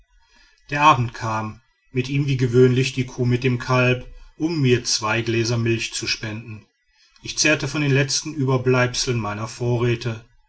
der abend kam mit ihm wie gewöhnlich die kuh mit dem kalb um mir zwei gläser milch zu spenden ich zehrte von den letzten überbleibseln meiner vorräte